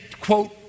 quote